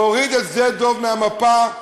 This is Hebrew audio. להוריד את שדה-דב מהמפה,